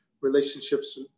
relationships